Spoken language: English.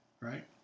right